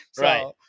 Right